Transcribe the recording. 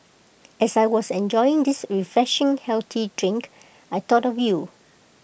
as I was enjoying this refreshing healthy drink I thought of you